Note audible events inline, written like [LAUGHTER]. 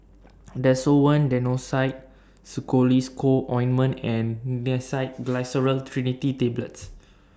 [NOISE] Desowen [UNINTELLIGIBLE] Co Ointment and [UNINTELLIGIBLE] Glyceryl Trinitrate Tablets